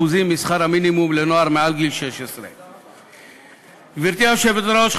משכר המינימום לנוער מעל גיל 16. גברתי היושבת-ראש,